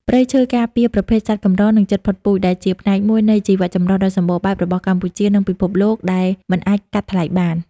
ព្រៃឈើការពារ ប្រភេទសត្វកម្រ និងជិតផុតពូជ ដែលជាផ្នែកមួយនៃជីវៈចម្រុះដ៏សម្បូរបែបរបស់កម្ពុជា និងពិភពលោក ដែលមិនអាចកាត់ថ្លៃបាន។